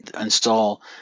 install